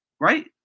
right